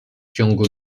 ciągu